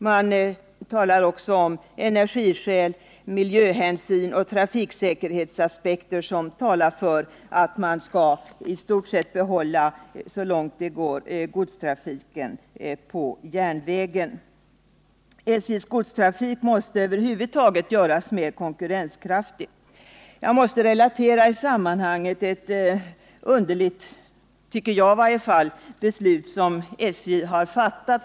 Man pekar också på energiskäl, miljöhänsyn och trafiksäkerhetsaspekter, som talar för att man så långt det går skall behålla godstrafiken på järnväg. SJ:s godstrafik måste över huvud taget göras mer konkurrenskraftig. I sammanhanget måste jag relatera ett underligt beslut som SJ har fattat.